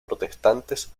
protestantes